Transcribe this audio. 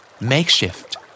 Makeshift